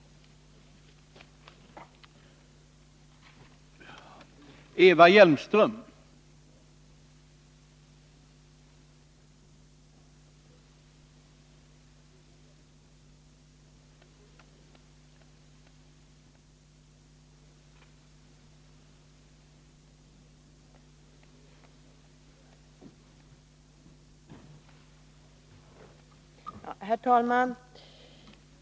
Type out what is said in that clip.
Jag yrkar bifall till reservation 2.